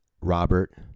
Robert